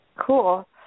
Cool